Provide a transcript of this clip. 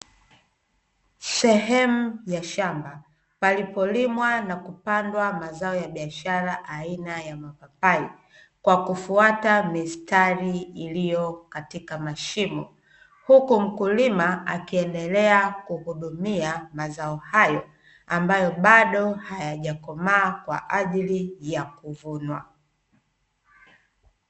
Sehemu ya shamba, palipolimwa na kupandwa mazao ya biashara aina ya mapapai, kwa kufuata mistari iliyo katika mashimo, huku mkulima akiendelea kuhudumia mazao hayo ambayo bado hayajakomaa kwa ajili ya kuvunwa.